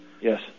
Yes